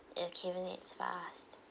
it accumulates fast